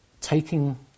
taking